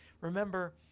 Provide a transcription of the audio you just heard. Remember